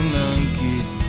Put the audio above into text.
monkeys